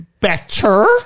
better